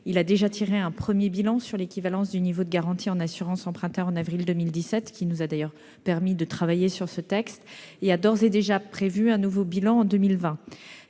Il a déjà dressé un premier bilan sur l'équivalence du niveau de garanties en assurance emprunteur en avril 2017, qui nous a d'ailleurs permis de travailler sur ce texte. Il a d'ores et déjà prévu un nouveau bilan en 2020.